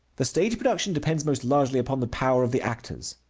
the stage-production depends most largely upon the power of the actors,